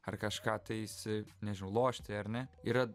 ar kažką tais nežinau lošti ar ne yra